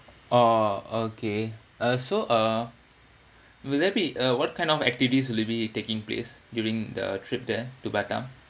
oh okay uh so uh will there be uh what kind of activities will there be taking place during the trip there to batam